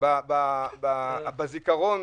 בזיכרון